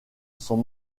sont